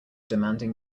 demanding